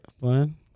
fun